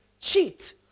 cheat